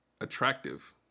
attractive